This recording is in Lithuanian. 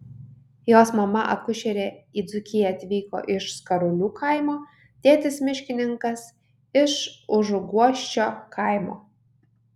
jos mama akušerė į dzūkiją atvyko iš skarulių kaimo tėtis miškininkas iš užuguosčio kaimo